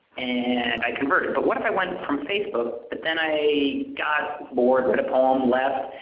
and i converted. but what if i went from facebook, but then i got bored, read a poem, left,